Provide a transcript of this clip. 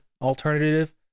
alternative